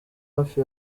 hafi